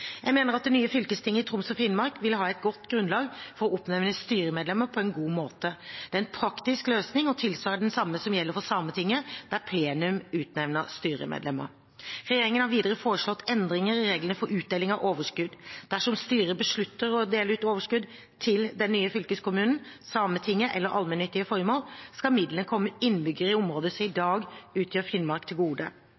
Jeg mener at det nye fylkestinget i Troms og Finnmark vil ha et godt grunnlag for å oppnevne styremedlemmer på en god måte. Det er en praktisk løsning og tilsvarer den som gjelder for Sametinget, der plenum utnevner styremedlemmer. Regjeringen har videre foreslått endringer i reglene for utdeling av overskudd. Dersom styret beslutter å dele ut overskudd til den nye fylkeskommunen, Sametinget eller allmennyttige formål, skal midlene komme innbyggere i området som i